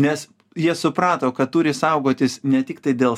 nes jie suprato kad turi saugotis ne tiktai dėl